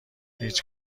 هیچ